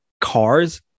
cars